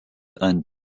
ant